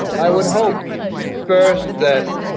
i would hope first that